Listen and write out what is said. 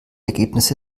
ergebnisse